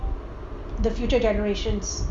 the future generations